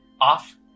off